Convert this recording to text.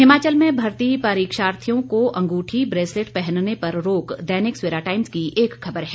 हिमाचल में भर्ती परीक्षार्थियों को अंगूठी ब्रेसलेट पहनने पर रोक दैनिक सवेरा टाइम्स की एक खबर है